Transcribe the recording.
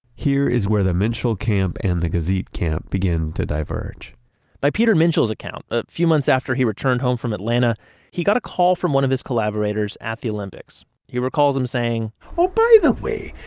here is where the minshall camp and the gazit camp begin to diverge by peter minshall's account, a few months after he returned home from atlanta he got a call from one of his collaborators at the olympics. he recalls him saying oh by the way,